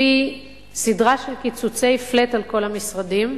הביאה סדרה של קיצוצי flat על כל המשרדים,